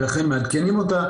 ולכן מעדכנים אותה,